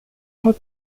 hat